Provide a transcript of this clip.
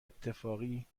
اتفاقی